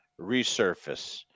resurface